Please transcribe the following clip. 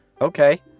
okay